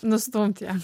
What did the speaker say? nustumt ją